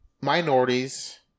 minorities